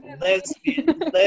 lesbian